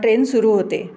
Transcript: train सुरू होते